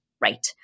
right